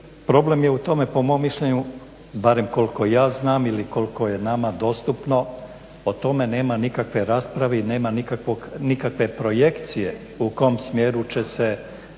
problem je u tome po mom mišljenju, barem koliko ja znam ili koliko je nama dostupno, o tome nema nikakve rasprave i nema nikakve projekcije u kom smjeru će se